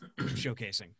showcasing